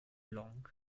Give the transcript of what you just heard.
long